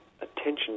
attention